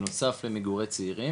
בנוסף למדורי צעירים.